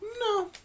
No